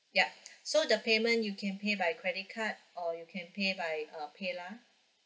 yup so the payment you can pay by credit card or you can pay by uh paylah